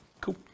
Cool